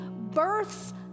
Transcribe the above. births